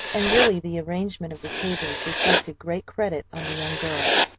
and really the arrangement of the tables reflected great credit on the young girls.